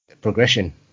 progression